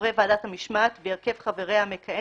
חברי ועדת המשמעת והרכב חבריה המכהן